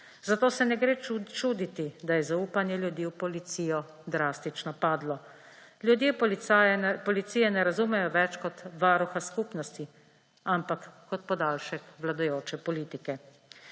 Zato se ne gre čuditi, da je zaupanje ljudi v policijo drastično padlo. Ljudje policije ne razumejo več kot varuha skupnosti, ampak kot podaljšek vladajoče politike.